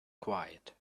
quiet